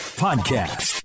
podcast